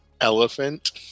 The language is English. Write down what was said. elephant